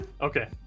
Okay